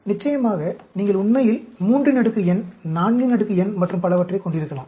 நிச்சயமாக நீங்கள் உண்மையில் 3n 4n மற்றும் பலவற்றைக் கொண்டிருக்கலாம்